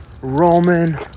Roman